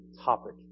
topic